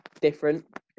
different